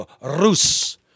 Rus